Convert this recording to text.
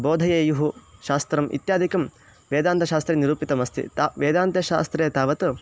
बोधयेयुः शास्त्रम् इत्यादिकं वेदान्तशास्त्रे निरूपितमस्ति तावत् वेदान्तशास्त्रे तावत्